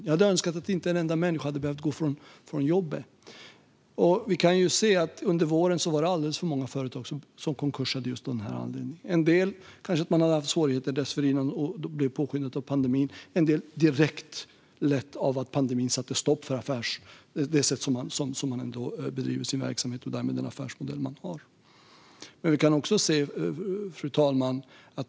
Jag hade önskat att inte en enda människa hade behövt bli av med sitt jobb. Under våren var det alldeles för många företag som gick i konkurs av den här anledningen. En del gjorde det kanske för att de hade haft svårigheter redan innan och blev påskyndade av pandemin. Andra gjorde det direkt för att pandemin satte stopp för det sätt som de bedrev sin verksamhet och den affärsmodell de hade. Fru talman!